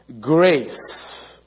grace